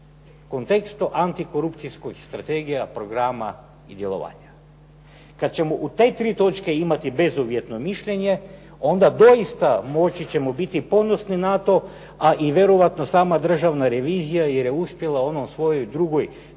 kontekstu antikorupcijsko i strategija programa i djelovanja. Kad ćemo u te tri točke imati bezuvjetno mišljenje onda doista moći ćemo biti ponosni na to, a i vjerojatno sama Državna revizija jer je uspjela u onoj svojoj drugoj